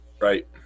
right